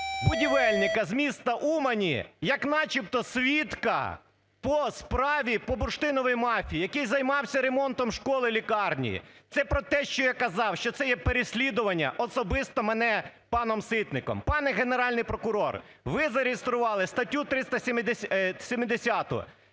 будівельника з міста Умані, як начебто свідка по справі по бурштиновій мафії, який займався ремонтом школи, лікарні. Це про те, що я казав, що це є переслідування особисто мене паном Ситником. Пане Генеральний прокурор, ви зареєстрували статтю 370